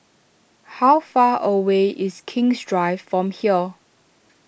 how far away is King's Drive from here